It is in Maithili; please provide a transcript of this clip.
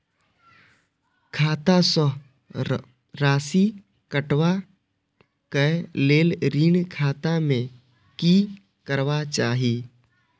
खाता स राशि कटवा कै लेल ऋण खाता में की करवा चाही?